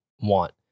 want